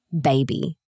baby